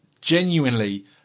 genuinely